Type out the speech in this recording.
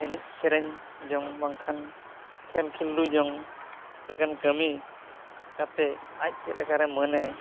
ᱮᱱᱮᱡ ᱥᱮᱨᱮᱧ ᱡᱚᱝ ᱵᱟᱝᱠᱷᱟᱱ ᱠᱷᱮᱞ ᱠᱷᱮᱞᱰᱩᱡᱚᱝ ᱞᱮᱠᱟᱱ ᱠᱟᱹᱢᱤ ᱠᱟᱛᱮ ᱟᱡ ᱪᱮᱫ ᱞᱮᱠᱟᱨᱮ ᱢᱟᱹᱱᱮ